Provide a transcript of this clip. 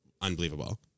Unbelievable